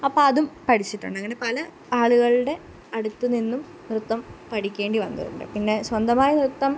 അപ്പോൾ അതും പഠിച്ചിട്ടുണ്ട് അങ്ങനെ പല ആളുകളുടെ അടുത്ത് നിന്നും നൃത്തം പഠിക്കേണ്ടി വന്നിട്ടുണ്ട് പിന്നെ സ്വന്തമായി നൃത്തം